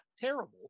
terrible